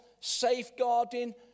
safeguarding